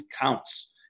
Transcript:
counts